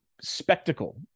spectacle